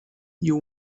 you